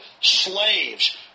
slaves